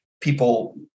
people